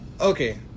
okay